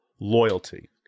loyalty